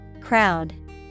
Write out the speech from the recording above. Crowd